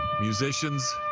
Musicians